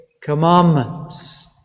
commandments